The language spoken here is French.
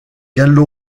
gallo